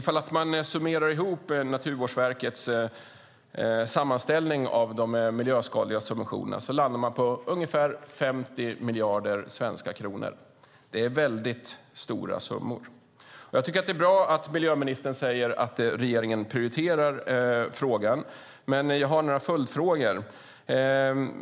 Om man summerar Naturvårdsverkets sammanställning av de miljöskadliga subventionerna landar man på ungefär 50 miljarder svenska kronor. Det är väldigt stora summor. Jag tycker att det är bra att miljöministern säger att regeringen prioriterar frågan, men jag har några följdfrågor.